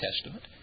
Testament